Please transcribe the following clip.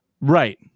Right